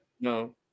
No